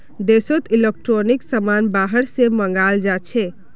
देशोत इलेक्ट्रॉनिक समान बाहर से मँगाल जाछे